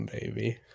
baby